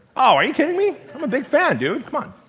ah are you kidding me? i'm a big fan, dude!